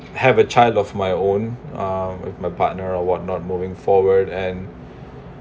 have a child of my own uh with my partner or what not moving forward and